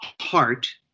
heart